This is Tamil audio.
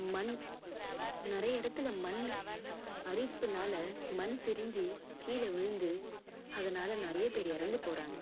மண் நிறைய இடத்துல மண் அரிப்புனால் மண் சரிஞ்சி கீழே விழுந்து அதனால் நிறைய பேர் இறந்து போகிறாங்க